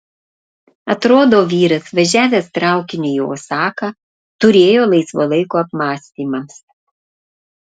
atrodo vyras važiavęs traukiniu į osaką turėjo laisvo laiko apmąstymams